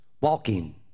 walking